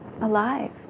alive